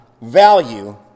value